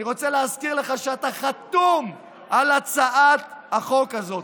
אני רוצה להזכיר לך שאתה חתום על הצעת החוק הזאת.